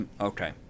Okay